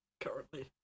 currently